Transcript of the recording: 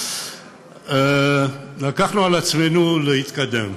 לקחנו על עצמנו להתקדם.